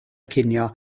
cinio